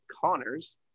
Connors